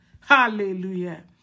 hallelujah